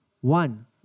One